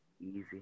easy